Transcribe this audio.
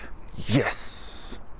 yes